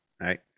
Right